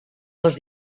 dels